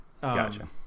Gotcha